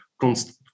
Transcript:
constant